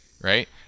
right